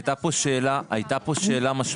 הייתה פה שאלה משמעותית,